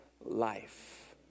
life